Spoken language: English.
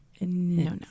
no